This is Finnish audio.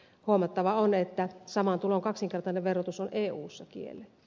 huomattava on että saman tulon kaksinkertainen verotus on eussa kielletty